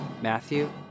Matthew